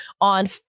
on